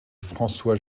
françois